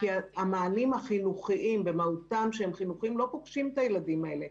המענים החינוכיים לא פוגשים את הילדים האלה,